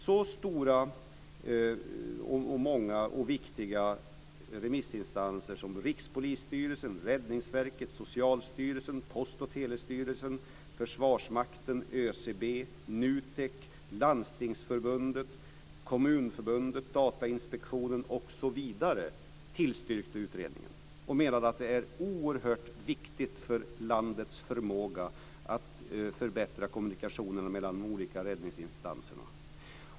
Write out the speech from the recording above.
Många stora och viktiga remissinstanser som Rikspolisstyrelsen, Räddningsverket, Socialstyrelsen, Post och telestyrelsen, Försvarsmakten, ÖCB, NUTEK, Landstingsförbundet, Kommunförbundet, Datainspektionen osv. tillstyrkte utredningen och menade att det är oerhört viktigt för landets förmåga att förbättra kommunikationerna mellan de olika räddningsinstanserna.